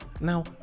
now